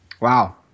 Wow